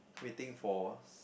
waiting for s~